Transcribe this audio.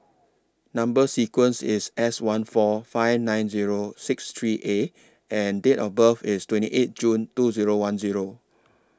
Number sequence IS S one four five nine Zero six three A and Date of birth IS twenty eight June two Zero one Zero